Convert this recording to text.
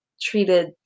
treated